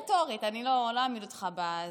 רטורית, אני לא אעמיד אותך בזה.